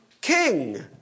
king